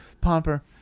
Pomper